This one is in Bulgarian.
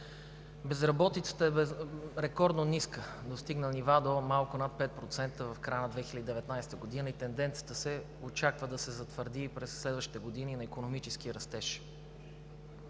Безработицата е рекордно ниска, достигна нива до малко над 5% в края на 2019 г. и се очаква тенденцията да се затвърди и през следващите години на икономически растеж.